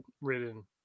written